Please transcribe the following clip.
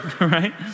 right